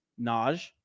Naj